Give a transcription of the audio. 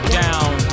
down